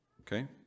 Okay